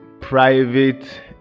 private